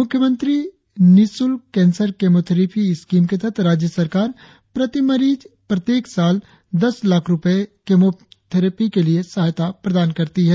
मुख्यमंत्री निशुल्कः cancer chemotherapy scheme के तहत राज्य सरकार प्रति मरीज प्रत्येक साल दस लाख रुपये की सहायता प्रदान कर रही है